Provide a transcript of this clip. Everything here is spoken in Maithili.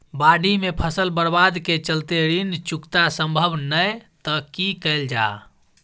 बाढि में फसल बर्बाद के चलते ऋण चुकता सम्भव नय त की कैल जा?